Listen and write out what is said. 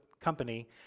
company